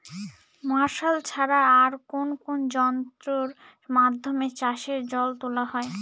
Martial ছাড়া আর কোন কোন যন্ত্রেরর মাধ্যমে চাষের জল তোলা হয়?